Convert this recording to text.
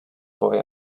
boy